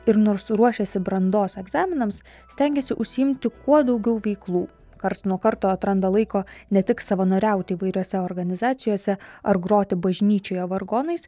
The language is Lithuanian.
ir nors ruošėsi brandos egzaminams stengiasi užsiimti kuo daugiau veiklų karts nuo karto atranda laiko ne tik savanoriauti įvairiose organizacijose ar groti bažnyčioje vargonais